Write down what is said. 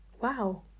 Wow